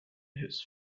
his